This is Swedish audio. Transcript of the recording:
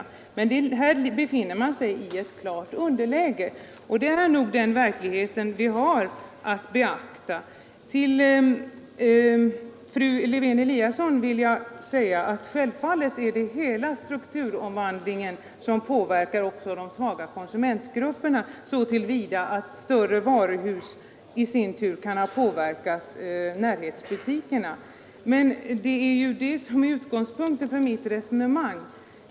Men här befinner man sig i ett klart underläge, och det är nog den verklighet vi har att beakta. Till fru Lewén-Eliasson vill jag säga att självfallet är det hela strukturomvandlingen som påverkar också de svaga konsumentgrupperna så till vida att större varuhus i sin tur kan ha påverkat närhetsbutikerna. Men det är ju det som är utgångspunkten för mitt resonemang.